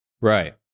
Right